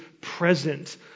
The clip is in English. present